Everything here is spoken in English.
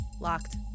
Locked